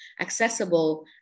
accessible